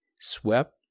swept